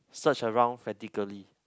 search around frantically